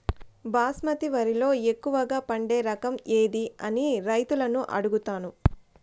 బాస్మతి వరిలో ఎక్కువగా పండే రకం ఏది అని రైతులను అడుగుతాను?